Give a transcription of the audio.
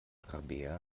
rabea